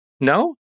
no